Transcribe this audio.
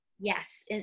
Yes